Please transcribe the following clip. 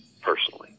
personally